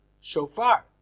shofar